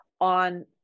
on